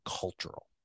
cultural